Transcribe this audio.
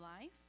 life